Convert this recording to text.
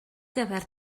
gyfer